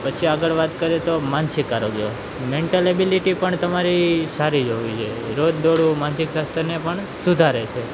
પછી આગળ વાત કરીએ તો માનસિક આરોગ્ય મેન્ટલ સ્ટેબીલીટી પણ તમારી સારી હોવી જોઈએ રોજ દોડવું માનસિક સ્વાસ્થ્યને પણ સુધારે છે